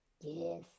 Yes